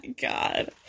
god